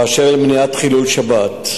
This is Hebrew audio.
2. באשר למניעת חילול שבת,